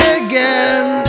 again